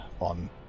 on